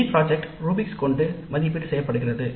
mini திட்டம் ரூபிக்ஸ்கொண்டு மதிப்பீடு செய்யப்படுகிறது